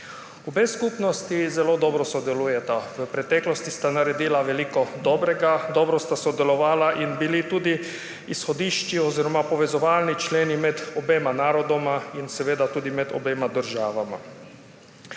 Obe skupnosti zelo dobro sodelujeta. V preteklosti sta naredili veliko dobrega, dobro sta sodelovali in bili tudi izhodišči oziroma povezovalni členi med obema narodoma in seveda tudi med obema državama.